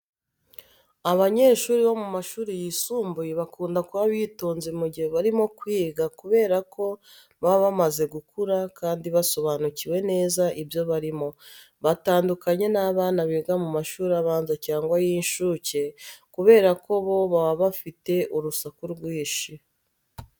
Abanyeshuri bo mu mashuri yisumbuye bakunda kuba bitonze mu gihe barimo kwiga kubera ko baba bamaze gukura kandi basobanukiwe neza ibyo barimo. Batandukanye n'abana biga mu mashuri abanza cyangwa ay'inshuke kubera ko bo baba bafite urusaku rwinshi.